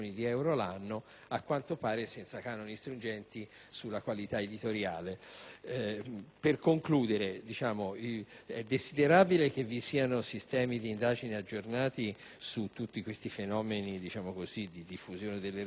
a quanto pare senza canoni stringenti sulla qualità editoriale. Per concludere, è desiderabile che vi siano sistemi di indagine aggiornati su tutti questi fenomeni di diffusione delle reti,